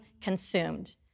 consumed